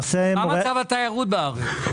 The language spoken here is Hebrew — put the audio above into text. מצב התיירות בארץ?